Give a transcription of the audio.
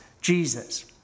Jesus